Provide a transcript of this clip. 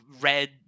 red